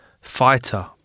Fighter